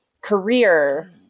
career